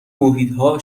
محیطها